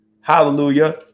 hallelujah